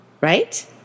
right